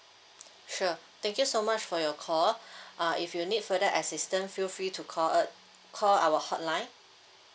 sure thank you so much for your call uh if you need further assistant feel free to call uh call our hotline